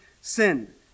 sin